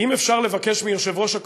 אם אפשר לבקש מיושב-ראש הקואליציה,